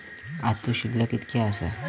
आजचो शिल्लक कीतक्या आसा?